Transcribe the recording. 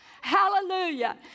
hallelujah